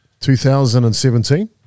2017